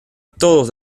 todos